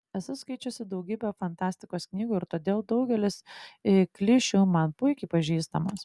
esu skaičiusi daugybę fantastikos knygų ir todėl daugelis klišių man puikiai pažįstamos